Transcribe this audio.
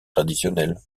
traditionnel